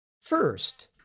First